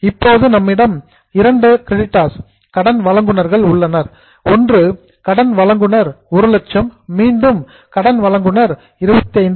இப்போது நம்மிடம் இரண்டு கிரடிட்டர்ஸ் கடன் வழங்குநர்கள் உள்ளனர் கடன் வழங்குநர் 100000 மீண்டும் கடன் வழங்குநர் 25000